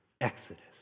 Exodus